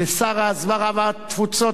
לשר ההסברה והתפוצות,